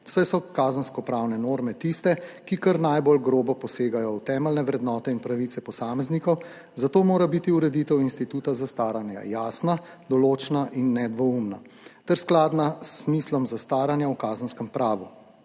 saj so kazenskopravne norme tiste, ki kar najbolj grobo posegajo v temeljne vrednote in pravice posameznikov, zato mora biti ureditev instituta zastaranja jasna, določna in nedvoumna ter skladna s smislom zastaranja v kazenskem pravu,